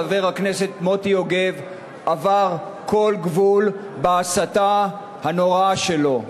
חבר הכנסת מוטי יוגב עבר כל גבול בהסתה הנוראה שלו.